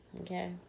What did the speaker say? Okay